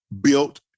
built